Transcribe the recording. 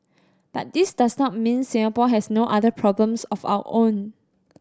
but this does not mean Singapore has no other problems of our own